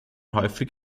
häufig